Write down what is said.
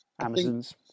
Amazons